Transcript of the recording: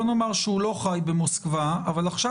בואו נאמר שהוא לא חי במוסקבה אבל עכשיו